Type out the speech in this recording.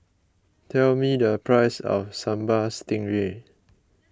tell me the price of Sambal Stingray